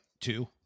two